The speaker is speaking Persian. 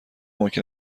ممکن